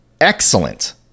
excellent